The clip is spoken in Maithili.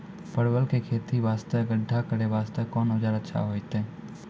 परवल के खेती वास्ते गड्ढा करे वास्ते कोंन औजार अच्छा होइतै?